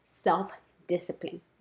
self-discipline